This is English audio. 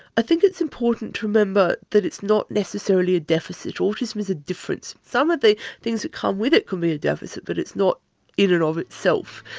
i think it's important to remember that it's not necessarily a deficit, autism is a difference. some of the things that come with it could be a deficit but it's not in and of itself.